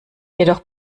jedoch